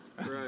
Right